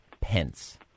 Pence